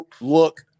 look